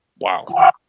Wow